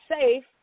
safe